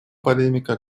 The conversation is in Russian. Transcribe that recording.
полемика